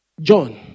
John